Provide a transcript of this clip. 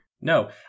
No